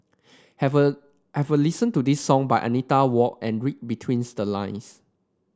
have a have a listen to this song by Anita Ward and read between the lines